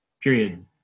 Period